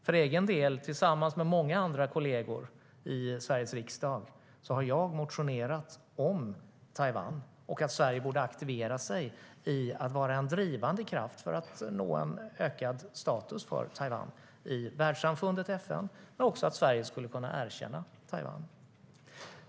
För egen del har jag, tillsammans med många andra kolleger i Sveriges riksdag, motionerat om Taiwan och om att Sverige borde aktivera sig i att vara en drivande kraft för att Taiwan ska nå ökad status i världssamfundet och FN, liksom att Sverige skulle kunna erkänna Taiwan.